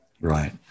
Right